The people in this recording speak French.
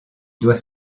doit